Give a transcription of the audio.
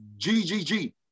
GGG